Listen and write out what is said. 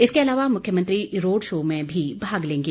इसके अलावा मुख्यमंत्री रोड शो में भी भाग लेंगे